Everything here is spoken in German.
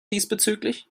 diesbezüglich